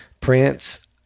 Prince